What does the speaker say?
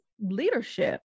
leadership